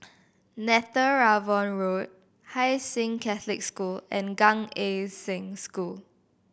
Netheravon Road Hai Sing Catholic School and Gan Eng Seng School